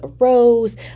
arose